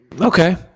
Okay